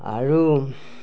আৰু